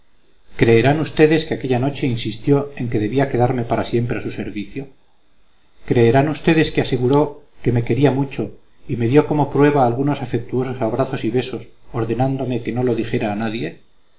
creerán ustedes que aquella noche insistió en que debía quedarme para siempre a su servicio creerán ustedes que aseguró que me quería mucho y me dio como prueba algunos afectuosos abrazos y besos ordenándome que no lo dijera a nadie